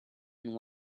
and